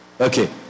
Okay